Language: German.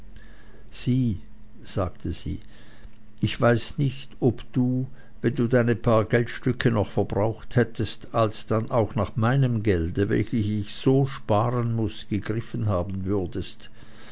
sieh sagte sie ich weiß nicht ob du wenn du deine paar geldstücke noch verbraucht hättest alsdann auch nach meinem gelde welches ich so sparen muß gegriffen haben würdest